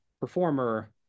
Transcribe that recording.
performer